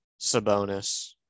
Sabonis